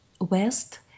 West